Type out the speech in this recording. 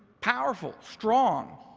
powerful, strong,